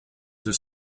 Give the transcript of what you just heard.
deux